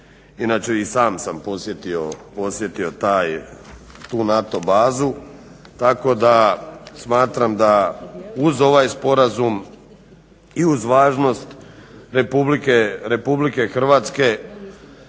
Inače i sam sam posjetio tu NATO bazu, tako da smatram da uz ovaj sporazum i uz važnost RH u geo